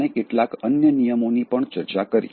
આપણે કેટલાક અન્ય નિયમોની પણ ચર્ચા કરી